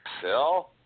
Phil